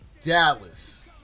Dallas